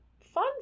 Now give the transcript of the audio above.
fun